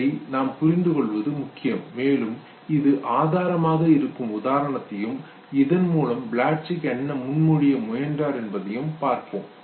இதை நாம் புரிந்துகொள்வது முக்கியம் மேலும் இது ஆதாரமாக இருக்கும் உதாரணத்தையும் இதன் மூலம் ப்ளட்சிக் என்ன முன்மொழிய முயன்றார் என்பதையும் பார்ப்போம்